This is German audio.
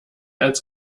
als